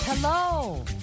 Hello